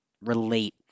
relate